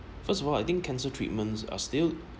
first of all I think cancer treatments are still